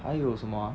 还有什么